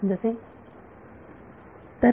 विद्यार्थी जसे